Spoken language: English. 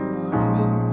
morning